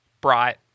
bright